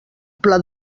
pla